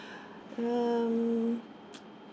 um